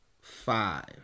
five